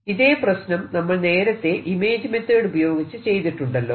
ഇതേ പ്രശനം നമ്മൾ നേരത്തെ ഇമേജ് മെത്തേഡ് ഉപയോഗിച്ച് ചെയ്തിട്ടുണ്ടല്ലോ